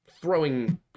throwing